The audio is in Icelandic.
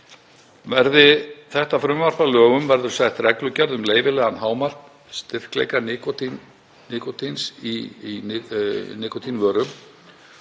Verði þetta frumvarp að lögum verður sett reglugerð um leyfilegan hámarksstyrkleika nikótíns í nikótínvörur